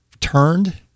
turned